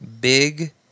Big